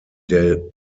der